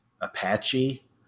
Apache